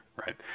right